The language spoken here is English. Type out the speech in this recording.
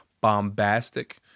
bombastic